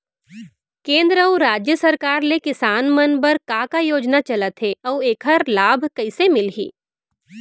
केंद्र अऊ राज्य सरकार ले किसान मन बर का का योजना चलत हे अऊ एखर लाभ कइसे मिलही?